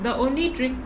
the only drink